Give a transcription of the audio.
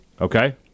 Okay